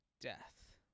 Death